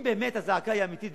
אם באמת הזעקה היא אמיתית,